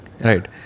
Right